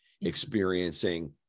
experiencing